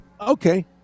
Okay